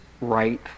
right